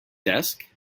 desk